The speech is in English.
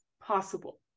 possible